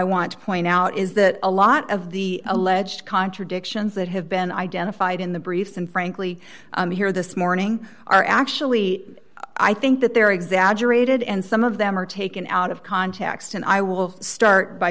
want to point out is that a lot of the alleged contradictions that have been identified in the briefs and frankly here this morning are actually i think that they're exaggerated and some of them are taken out of context and i will start by